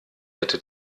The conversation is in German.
hätte